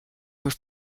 were